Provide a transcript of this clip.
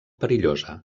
perillosa